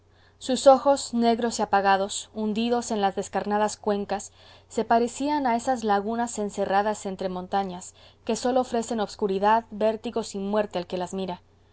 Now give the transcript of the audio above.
sus ojos negros y apagados hundidos en las descarnadas cuencas se parecían a esas lagunas encerradas entre montañas que sólo ofrecen obscuridad vértigos y muerte al que las mira